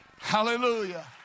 Hallelujah